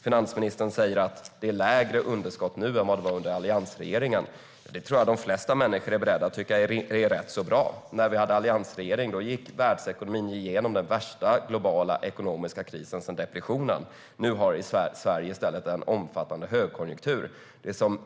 Finansministern säger att det är lägre underskott nu än under alliansregeringen. Det tror jag att de flesta människor är beredda att tycka är bra. Under alliansregeringen gick världsekonomin igenom den värsta globala ekonomiska krisen sedan depressionen. Nu råder i stället en omfattande högkonjunktur i stället.